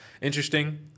interesting